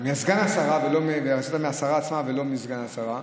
מהשרה עצמה ולא מסגן השרה.